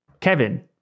Kevin